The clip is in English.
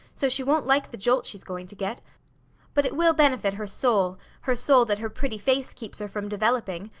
so she won't like the jolt she's going to get but it will benefit her soul, her soul that her pretty face keeps her from developing,